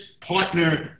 partner